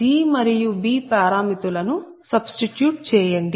G మరియు B పారామితుల ను సబ్స్టిట్యూట్ చేయండి